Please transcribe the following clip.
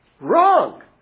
Wrong